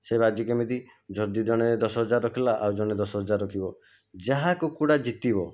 ସେ ବାଜି କେମିତି ଯଦି ଜଣେ ଦଶହଜାର ରଖିଲା ଆଉ ଜଣେ ଦଶହଜାର ରଖିବ ଯାହା କୁକୁଡ଼ା ଜିତିବ